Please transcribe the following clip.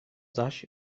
zaś